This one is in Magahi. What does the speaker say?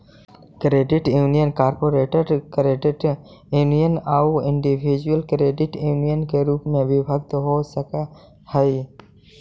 credit union corporate credit union आउ इंडिविजुअल क्रेडिट यूनियन के रूप में विभक्त हो सकऽ हइ